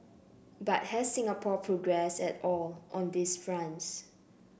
but has Singapore progressed at all on these fronts